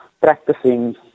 practicing